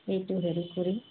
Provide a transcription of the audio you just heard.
এইটো হেৰি কৰিম